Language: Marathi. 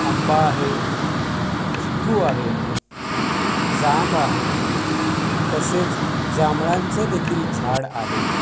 आंबा आहे चिकू आहे जांब आहे तसेच जांभळांचंदेखील झाड आहे